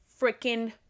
freaking